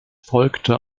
folgte